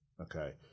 Okay